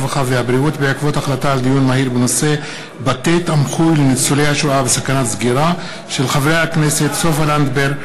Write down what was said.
הרווחה והבריאות בעקבות דיון מהיר בהצעתם של חברי הכנסת סופה לנדבר,